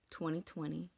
2020